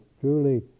truly